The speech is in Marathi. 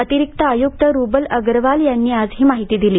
अतिरिक्त आयुक्त रूबल अग्रवाल यांनी आज ही माहिती दिली